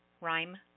rhyme